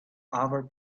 other